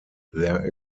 there